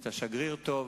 היית שגריר טוב: